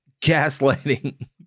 gaslighting